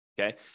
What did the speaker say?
Okay